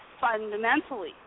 fundamentally